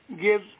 give